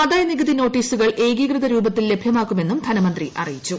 ആദായനികുതി നോട്ടീസുകൾ ഏകീകൃത രൂപത്തിൽ ലഭ്യമാക്കുമെന്നും ധനമന്ത്രി അറിയിച്ചു